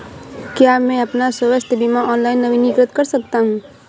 क्या मैं अपना स्वास्थ्य बीमा ऑनलाइन नवीनीकृत कर सकता हूँ?